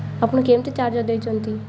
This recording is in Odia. ଆପଣ କେମିତି ଚାର୍ଜର୍ ଦେଇଛନ୍ତି